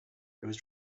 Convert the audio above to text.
was